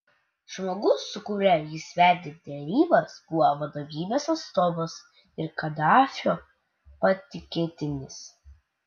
žmogus su kuriuo jis vedė derybas buvo vadovybės atstovas ir kadafio patikėtinis